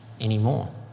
anymore